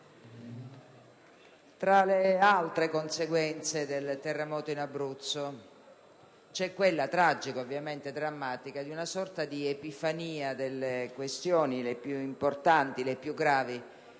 tra le altre conseguenze del terremoto in Abruzzo, c'è quella, tragica e drammatica, di una sorta di epifania delle questioni le più importanti e le più gravi